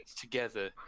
together